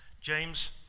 James